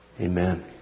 Amen